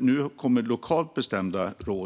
nu kommer lokalt bestämda råd.